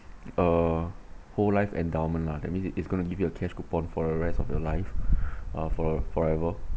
a whole life endowment lah that means it is going to give your cash coupon for the rest of your life uh for forever